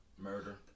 Murder